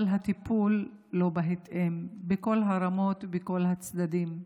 אבל הטיפול לא בהתאם בכל הרמות ובכל צדדים.